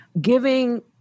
giving